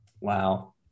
Wow